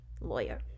lawyer